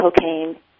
cocaine